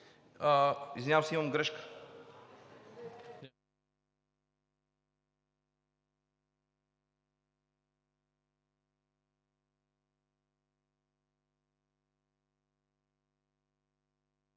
Извинявам се, имам грешка.